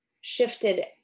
shifted